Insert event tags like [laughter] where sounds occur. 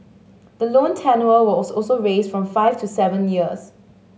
the loan [unintelligible] was also raised from five to seven years